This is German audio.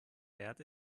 wert